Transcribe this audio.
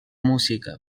músic